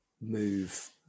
move